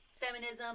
Feminism